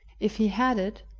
if he had it,